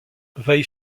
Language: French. veille